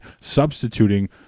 substituting